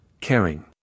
Caring